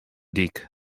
dyk